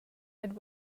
and